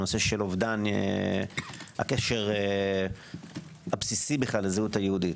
עם הנושא של אובדן הקשר הבסיסי בכלל לזהות היהודית.